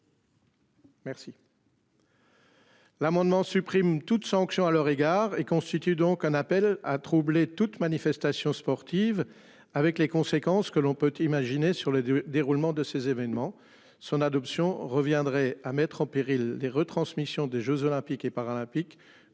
Merci. L'amendement supprime toute sanction à leur égard et constitue donc un appel à troubler toute manifestation sportive avec les conséquences que l'on peut imaginer sur le déroulement de ces événements. Son adoption reviendrait à mettre en péril des retransmissions des Jeux olympiques et paralympiques